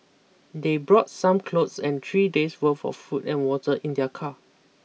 they brought some clothes and three days' worth of food and water in their car